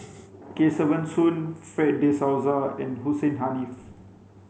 Kesavan Soon Fred de Souza and Hussein Haniff